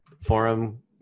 forum